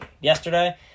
yesterday